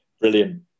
Brilliant